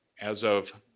as of.